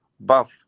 buff